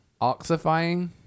oxifying